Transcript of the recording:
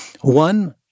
one